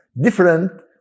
different